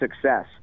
success